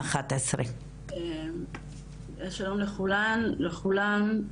שלום לכולן ולכולם,